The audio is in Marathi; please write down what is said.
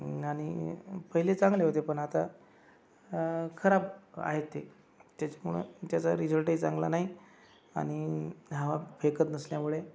आणि पहिले चांगले होते पण आता खराब आहे ते त्याच्यामुळे त्याचा रिझल्टही चांगला नाही आणि हवा फेकत नसल्यामुळे